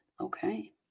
Okay